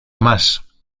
más